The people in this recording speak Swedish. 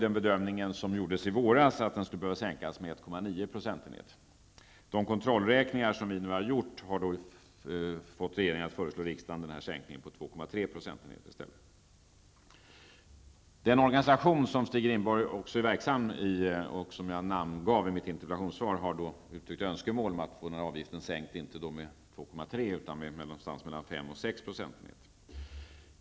Den bedömning som gjordes i våras var att den skulle behöva sänkas med 1,9 procentenheter. De kontrollräkningar som vi nu har gjort har fått regeringen att i stället föreslå riksdagen en sänkning på 2,3 procentenheter. Den organisation som Stig Rindborg är verksam i, och som jag namngav i mitt interpellationssvar, har uttryckt önskemål om att få denna avgift sänkt inte med 2,3 utan med någonstans mellan 5 och 6 procentenheter.